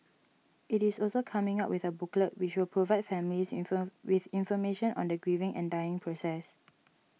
it is also coming up with a booklet which will provide families inform with information on the grieving and dying process